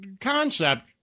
concept